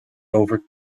over